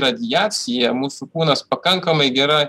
radiacija mūsų kūnas pakankamai gera